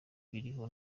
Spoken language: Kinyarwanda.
biriho